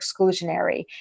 exclusionary